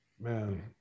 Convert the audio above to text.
man